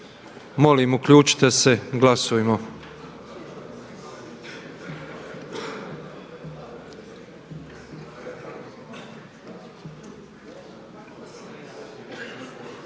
Molim uključite se glasujmo.